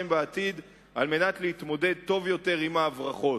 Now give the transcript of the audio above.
בעתיד כדי להתמודד טוב יותר עם ההברחות.